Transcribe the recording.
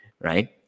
right